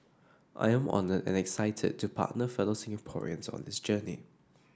I am honoured and excited to partner fellow Singaporeans on this journey